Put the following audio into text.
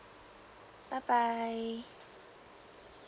bye bye